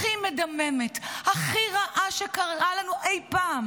הכי מדממת והכי רעה שקרתה לנו אי פעם